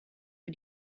für